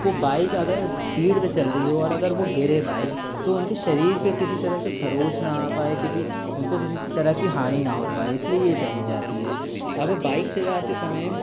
वो बाइक अगर ईस्पीड में चल रही हो और अगर वो गिरे बाइक तो उनके शरीर पे किसी तरह कि खरोंच ना आ पाए किसी उनको किसी तरह कि हानि ना हो पाए इसलिए ये पहनी जाती है अब बाइक चलाते समय